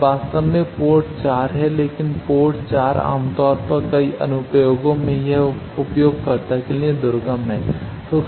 अब वास्तव में पोर्ट 4 है लेकिन पोर्ट 4 आमतौर पर कई अनुप्रयोगों में यह उपयोगकर्ता के लिए दुर्गम है